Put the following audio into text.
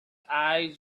eyes